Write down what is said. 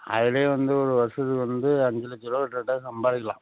அதிலயும் வந்து ஒரு வருஷத்துக்கு வந்து அஞ்சு லட்ச ரூபா கிட்டத்தட்ட சம்பாதிக்கலாம்